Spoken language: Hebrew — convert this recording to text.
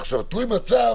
תלוי מצב